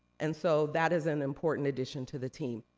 and so, that is an important addition to the team.